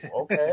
okay